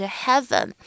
heaven